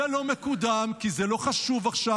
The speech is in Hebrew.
זה לא מקודם כי זה לא חשוב עכשיו.